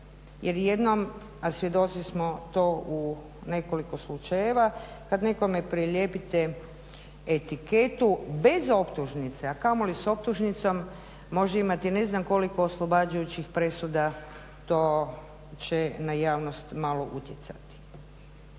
jer jednom a svjedoci smo to u nekoliko slučajeva, kad nekome prilijepite etiketu bez optužnice a kamoli s optužnicom može imati ne znam koliko oslobađajućih presuda, to će na javnost malo utjecati.